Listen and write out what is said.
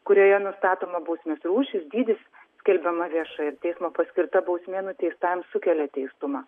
kurioje nustatoma bausmės rūšis dydis skelbiama viešai ir teismo paskirta bausmė nuteistajam sukelia teistumą